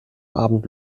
abend